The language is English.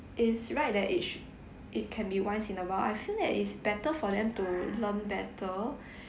is right that it should it can be once in a while I feel that is better for them to learn better